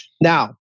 Now